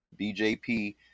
BJP